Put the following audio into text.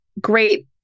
great